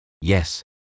Yes